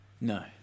No